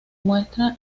muestra